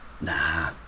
Nah